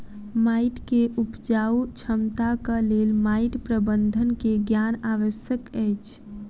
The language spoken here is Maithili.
माइट के उपजाऊ क्षमताक लेल माइट प्रबंधन के ज्ञान आवश्यक अछि